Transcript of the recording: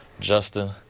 Justin